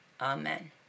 Amen